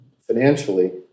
financially